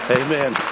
Amen